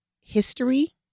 history